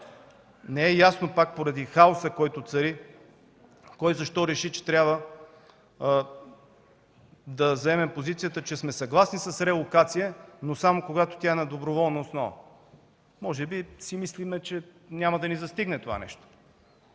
Не е ясно поради хаоса, който цари, кой и защо реши, че трябва да заеме позицията, че сме съгласни с релокацията, но само когато тя е на доброволна основа. Може би си мислим, че това нещо няма да ни застигне?! През